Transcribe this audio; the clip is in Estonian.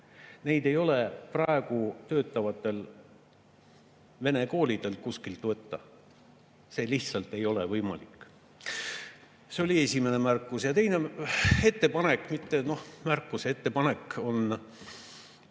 Neid ei ole praegu töötavatel vene koolidel kuskilt võtta. See lihtsalt ei ole võimalik. See oli esimene märkus. Ja teine ettepanek, mitte märkus, vaid ettepanek on